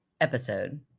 episode